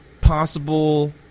possible